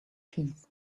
keys